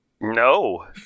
No